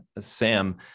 Sam